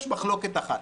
יש מחלוקת אחת